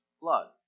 blood